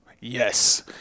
Yes